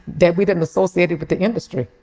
that we didn't associate it with the industry?